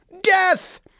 death